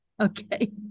Okay